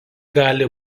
gali